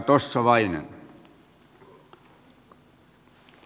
arvoisa herra puhemies